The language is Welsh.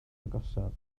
agosaf